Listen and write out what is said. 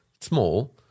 small